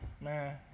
man